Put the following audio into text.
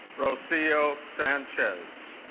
rocio sanchez